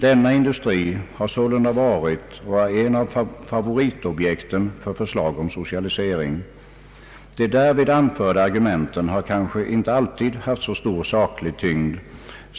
Denna industri har sålunda varit ett av favoritobjekten för förslag om socialisering. De därvid anförda argumenten har kanske inte alltid haft så stor saklig tyngd.